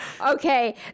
okay